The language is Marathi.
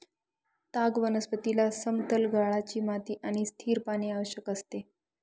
ताग वनस्पतीला समतल गाळाची माती आणि स्थिर पाणी आवश्यक असते